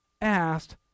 asked